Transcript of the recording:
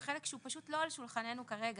בחלק שהוא פשוט לא על שולחננו כרגע.